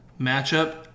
Matchup